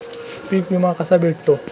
पीक विमा कसा भेटतो?